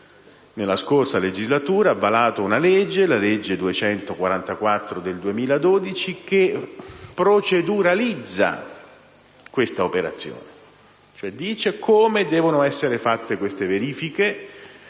nella scorsa legislatura ha varato la legge n. 244 del 2012 che proceduralizza questa operazione, cioè stabilisce come devono essere fatte queste verifiche,